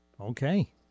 Okay